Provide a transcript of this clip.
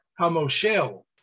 Hamoshel